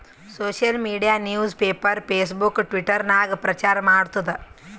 social media news paper, Facebook, Twitter ನಾಗ್ ಪ್ರಚಾರ್ ಮಾಡ್ತುದ್